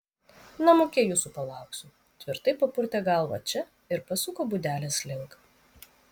namuke jūsų palauksiu tvirtai papurtė galvą če ir pasuko būdelės link